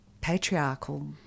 patriarchal